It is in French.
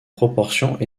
proportions